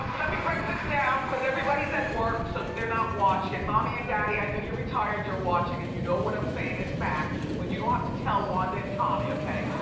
let me break this down cause everybody's at work, so they're not watching. mommy and i know you're retired, you're watching and you know what i'm saying is fact. but, you don't have to tell wanda and tommy, okay?